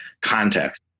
context